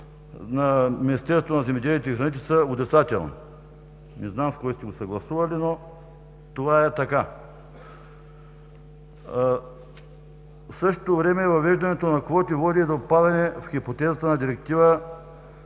на Министерството на земеделието, храните и горите са отрицателни. Не знам с кого сте го съгласували, но това е така. В същото време въвеждането на квоти води до падане в хипотезата на Директива